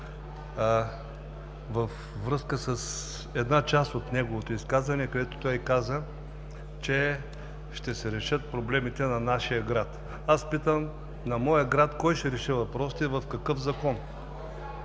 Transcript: във връзка с една част от неговото изказване, където той каза, че ще се решат проблемите на нашия град. Аз питам: на моя град кой ще реши въпросите и в какъв закон?